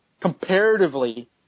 comparatively